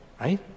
right